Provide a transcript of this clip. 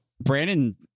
Brandon